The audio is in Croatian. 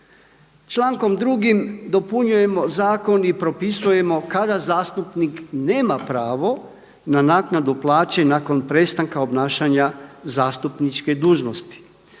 Člankom 2. dopunjujemo zakon i propisujemo kada zastupnik nema pravo na naknadu plaće nakon prestanka obnašanja zastupničke dužnosti.